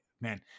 man